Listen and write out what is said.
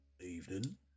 evening